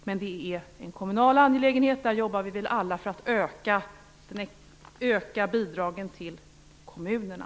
Detta är en kommunal angelägenhet, och vi jobbar väl alla för att öka bidragen till kommunerna.